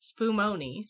spumoni